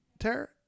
tear